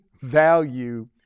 value